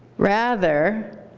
rather,